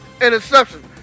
interception